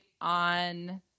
on